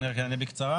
אני רק אענה בקצרה.